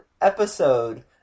episode